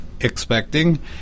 expecting